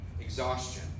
exhaustion